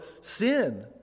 sin